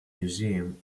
museum